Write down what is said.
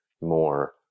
more